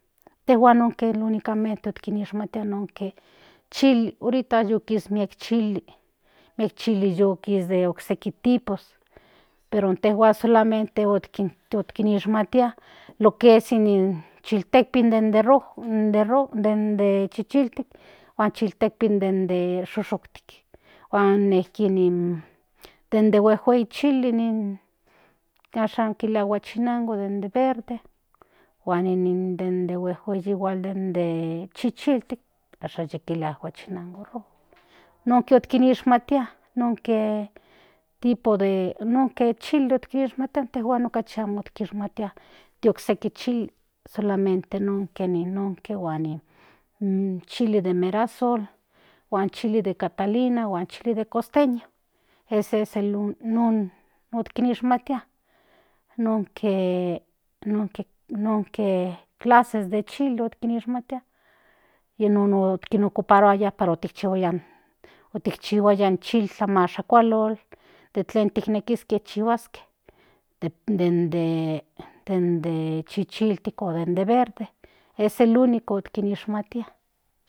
Intejuan nonke okishmatia nonke chili ahoriya yu ki miek chili de okseki tipos pero inyejuan solamente okishhmatia lo que in chiltekpin den de chichiltik huan chiltekpin de shushuktik huan den de niki huejuei chili ashan kilia huachinango den de verde huan in de huejuei melhuak de chichiltik asha yi kilia guachinango rojo nonke okinishmatia nonke tipo de nonke chili okinishmatia intejuan amo kishmatia okseki chili solamente nonke de chili de marazul chili de catalin huan chili de costeña ese es el non okishmatia nonke clases de chili okinishmatia yi non ocoparuaya para ikchihuaya in otkchihuaya in chiltlamashakualol o tlen kinekiske chihuaske den de chichiltik o de de verde es el único okishmatia.